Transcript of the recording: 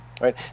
right